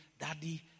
Daddy